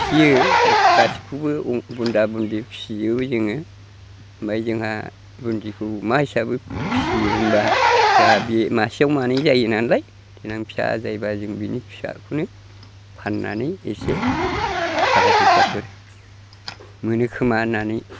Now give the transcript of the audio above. फियो गासिबखौबो बुन्दा बुन्दि फिजोबो जोङो ओमफाय जोंहा बुन्दिखौ मा हिसाबै फियो होनब्ला जाहा बि मासेयाव मानै जायोनालाय देनां फिसा जायोब्ला जों बिनि फिसाखौनो फाननानै एसे थाखा फैसाफोर मोनो खोमा होननानै